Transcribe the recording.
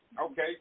Okay